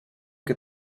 que